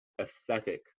aesthetic